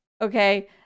okay